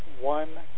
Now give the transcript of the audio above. one